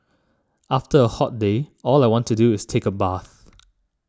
after a hot day all I want to do is take a bath